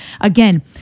again